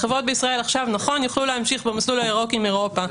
החברות בישראל עכשיו נכון יוכלו להמשיך במסלול הירוק עם אירופה,